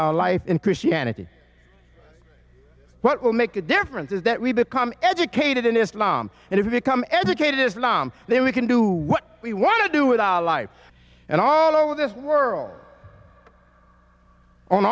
our life in christianity what will make a difference is that we become educated in islam and if you become educated islam then we can do what we want to do with our life and all over this world on